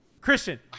Christian